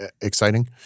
exciting